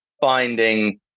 finding